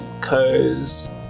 cause